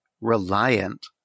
reliant